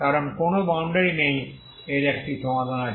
কারণ কোন বাউন্ডারি নেই এর একটি সমাধান আছে